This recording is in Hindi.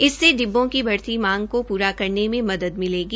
इससे डिब्बों की बढती मांग को पूरा करने में मदद मिलेगी